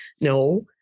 No